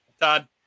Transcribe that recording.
Todd